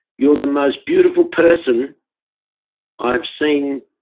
you're the most beautiful person i've seen